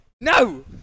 No